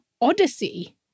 odyssey